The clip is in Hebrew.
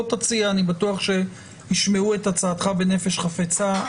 אני בטוח שהם ישמעו את הצעתך בנפש חפצה.